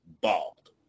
bald